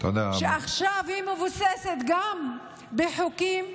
שעכשיו היא גם מבוססת על חוקים,